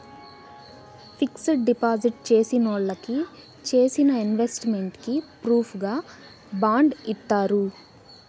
fixed deposit చేసినోళ్ళకి చేసిన investment కి ప్రూఫుగా బాండ్ ఇత్తారు